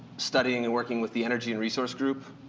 studying and working with the energy and resource group,